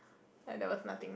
like there was nothing